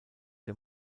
der